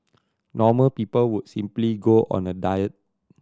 normal people would simply go on a diet